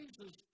Jesus